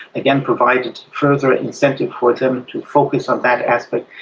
again provided further incentive for them to focus on that aspect,